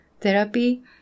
therapy